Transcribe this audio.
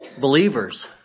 Believers